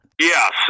Yes